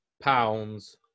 pounds